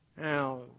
Now